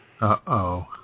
Uh-oh